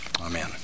Amen